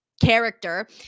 character